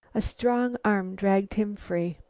a strong arm dragged him free.